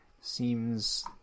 seems